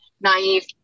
naive